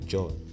John